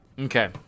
Okay